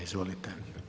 Izvolite.